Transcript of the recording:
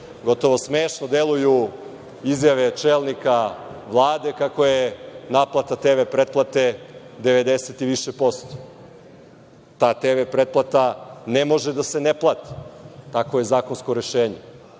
gotovo smešno deluju izjave čelnika Vlade kako je naplata TV pretplate 90 i više posto. TV pretplata ne može da se ne plati, tako je zakonsko rešenje. Možete